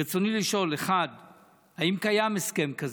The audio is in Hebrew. רצוני לשאול: 1. האם קיים הסכם כזה?